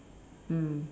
mm